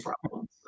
problems